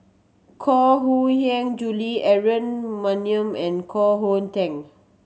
Koh Hong Hiang Julie Aaron Maniam and Koh Hong Teng